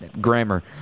Grammar